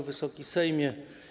Wysoki Sejmie!